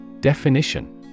Definition